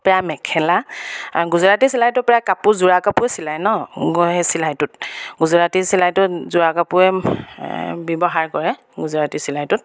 প্ৰায় মেখেলা গুজৰাটী চিলাইটো প্ৰায় কাপোৰ যোৰা কাপোৰ চিলাই ন সেই চিলাইটোত গুজৰাটী চিলাইটোত যোৰা কাপোৰে ব্যৱহাৰ কৰে গুজৰাটী চিলাইটোত